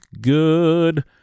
good